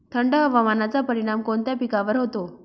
थंड हवामानाचा परिणाम कोणत्या पिकावर होतो?